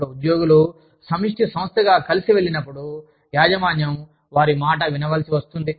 ఇప్పుడు ఉద్యోగులు సమిష్టి సంస్థగా కలిసి వెళ్ళినప్పుడు యాజమాన్యం వారి మాట వినవలసి వస్తుంది